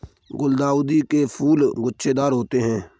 गुलदाउदी के फूल गुच्छेदार होते हैं